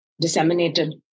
disseminated